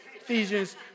Ephesians